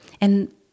And-